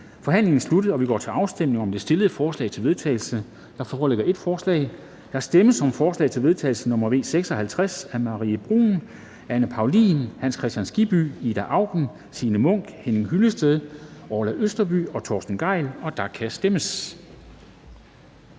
Forhandlingen er sluttet, og vi går til afstemning om de stillede forslag til vedtagelse. Der foreligger et forslag. Der stemmes om forslag til vedtagelse nr. V 56 af Marie Bjerre (V), Anne Paulin (S), Hans Kristian Skibby (DF), Ida Auken (RV), Signe Munk (SF), Henning Hyllested (EL), Orla Østerby (KF) og Torsten Gejl (ALT), og der kan stemmes.